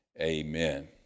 Amen